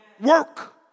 work